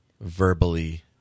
verbally